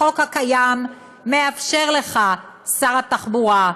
החוק הקיים מאפשר לך, שר התחבורה,